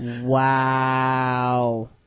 wow